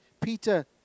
Peter